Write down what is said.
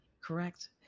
Correct